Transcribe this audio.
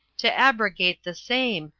to abrogate the same,